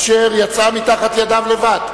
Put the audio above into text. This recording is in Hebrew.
אשר יצאה מתחת ידיו לבד.